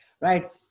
Right